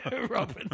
Robin